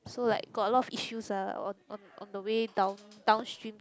so like got a lot of issues ah on on on the way down~ downstream